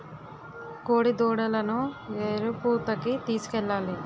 కోడిదూడలను ఎరుపూతకి తీసుకెళ్లాలి